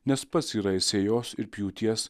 nes pats yra sėjos ir pjūties